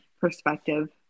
perspective